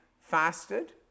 fasted